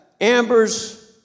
Amber's